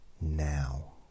now